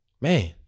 man